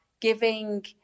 giving